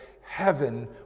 heaven